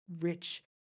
Rich